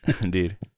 Indeed